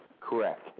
Correct